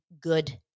good